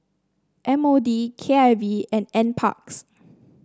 M O D K I V and NParks